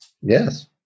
Yes